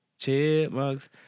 Chipmunks